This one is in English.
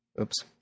Oops